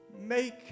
make